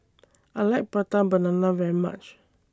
I like Prata Banana very much